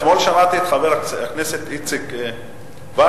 אתמול שמעתי את חבר הכנסת איציק וקנין.